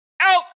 Out